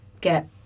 get